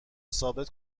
ثابت